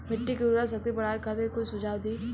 मिट्टी के उर्वरा शक्ति बढ़ावे खातिर कुछ सुझाव दी?